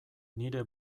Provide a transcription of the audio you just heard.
nire